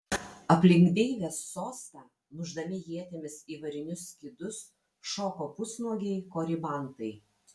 aplink deivės sostą mušdami ietimis į varinius skydus šoko pusnuogiai koribantai